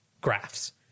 graphs